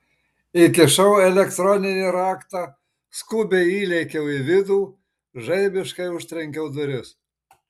įkišau elektroninį raktą skubiai įlėkiau į vidų žaibiškai užtrenkiau duris